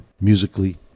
musically